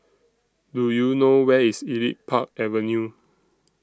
Do YOU know Where IS Elite Park Avenue